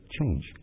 change